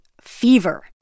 fever